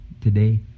today